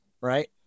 right